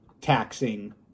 taxing